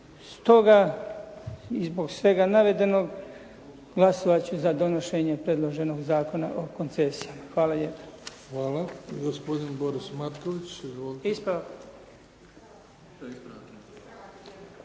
Stoga i zbog svega navedenog, glasovat da ću za donošenje predloženog Zakona o koncesijama. Hvala lijepa. **Bebić, Luka (HDZ)** Hvala. Gospodin Boris Matković. Izvolite. Ispravak.